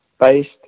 based